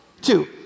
two